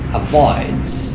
avoids